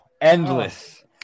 endless